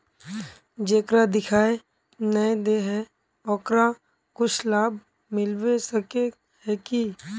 जेकरा दिखाय नय दे है ओकरा कुछ लाभ मिलबे सके है की?